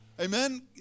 Amen